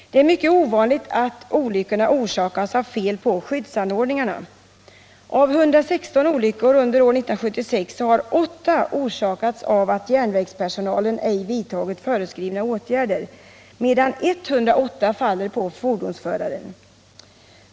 Det är mycket ovanligt att olyckor orsakas av fel på skyddsanordningarna. Av 116 olyckor under år 1976 har 8 orsakats av att järnvägspersonal ej vidtagit föreskrivna åtgärder, medan 108 faller på fordonsföraren.